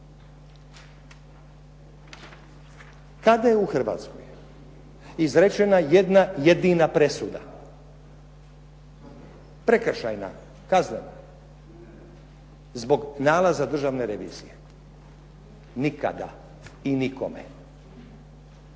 Kada je u Hrvatskoj izrečena jedna jedina presuda, Prekršajna, kaznena, zbog nalaza Državne revizije? Nikada i nikome.